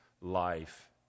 life